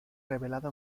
revelado